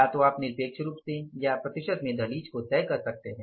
या तो आप निरपेक्ष रूप से या प्रतिशत में दहलीज़ को तय कर सकते हैं